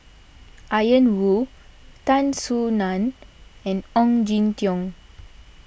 Ian Woo Tan Soo Nan and Ong Jin Teong